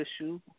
issue